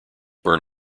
burn